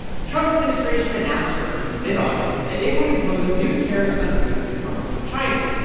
the trump administration announced first in mid-august that it would impose new tariffs on goods that come from china.